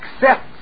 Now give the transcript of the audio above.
accept